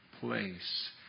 place